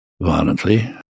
violently